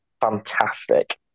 fantastic